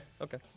Okay